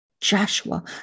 Joshua